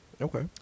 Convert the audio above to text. Okay